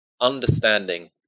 Understanding